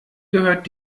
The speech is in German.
gehört